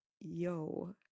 yo